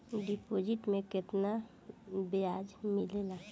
Deposit मे केतना बयाज मिलेला?